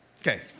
Okay